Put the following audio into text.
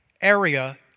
area